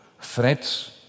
Threats